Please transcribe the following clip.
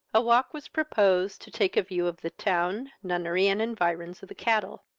a walk was proposed to take a view of the town, nunnery, and environs of the cattle.